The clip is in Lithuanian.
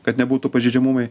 kad nebūtų pažeidžiamumai